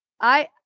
I-